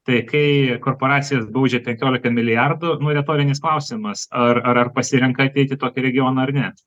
tai kai korporacijas baudžia penkiolika milijardų retorinis klausimas ar ar ar pasirenka ateiti į tokį regioną ar ne